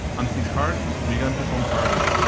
and his heart began to pump harder.